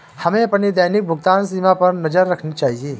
हमें अपनी दैनिक भुगतान सीमा पर नज़र रखनी चाहिए